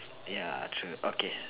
ya true okay